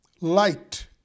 light